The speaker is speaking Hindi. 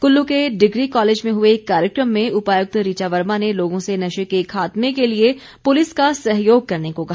कुल्लू के डिग्री कॉलेज में हुए कार्यक्रम में उपायुक्त ऋचा वर्मा ने लोगों से नशे के खात्मे के लिए पुलिस का सहयोग करने को कहा